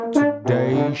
today